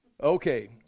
Okay